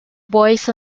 boys